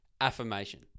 affirmation